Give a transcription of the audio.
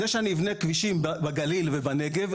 זה שאני אבנה כבישים בגליל ובנגב,